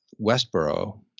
Westboro